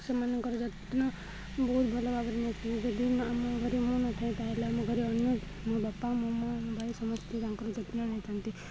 ସେମାନଙ୍କର ଯତ୍ନ ବହୁତ ଭଲ ଭାବରେ ନେଇଥାନ୍ତି ଯଦି ଆମ ଘରେ ମୁଁ ନଥାଏ ତାହେଲେ ଆମ ଘରେ ଅନ୍ୟ ମୋ ବାପା ମୋ ମାଆ ମୋ ଭାଇ ସମସ୍ତେ ତାଙ୍କର ଯତ୍ନ ନେଇଥାନ୍ତି